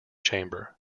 chamber